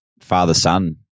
father-son